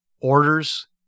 orders